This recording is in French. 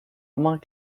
moments